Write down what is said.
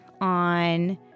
on